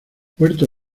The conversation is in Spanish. puerto